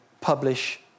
publish